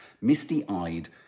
misty-eyed